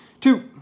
Two